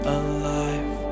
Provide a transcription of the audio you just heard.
alive